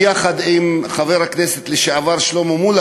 ביחד עם חבר הכנסת לשעבר שלמה מולה,